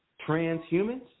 transhumans